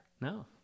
No